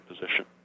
position